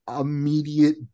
Immediate